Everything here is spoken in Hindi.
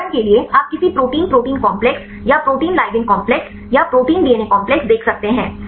उदाहरण के लिए आप किसी प्रोटीन प्रोटीन कॉम्प्लेक्स या प्रोटीन लिगैंड कॉम्प्लेक्स या प्रोटीन डीएनए कॉम्प्लेक्स देख सकते हैं